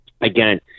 Again